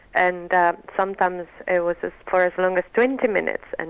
and sometimes it was ah for as long as twenty minutes, and